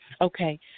Okay